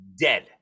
dead